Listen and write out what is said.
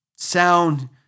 Sound